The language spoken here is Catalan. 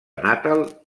natal